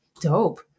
dope